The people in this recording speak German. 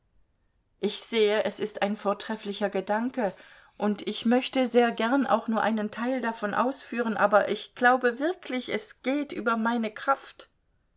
ich sehe es ist ein vortrefflicher gedanke und ich möchte sehr gern auch nur einen teil davon ausführen aber ich glaube wirklich es geht über meine kraft